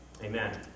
Amen